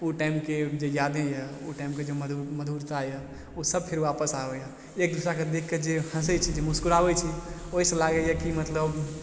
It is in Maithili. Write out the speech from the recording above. उ टाइमके जे यादे यऽ उ टाइमके जे मधुरता यऽ उ सब फिर वापस आबय यऽ एक दोसराके देख कऽ जे हँसय छी जे मुस्कुराबय छी ओइसँ लागय यऽ कि मतलब